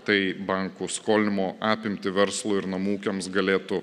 tai bankų skolinimo apimtį verslui ir namų ūkiams galėtų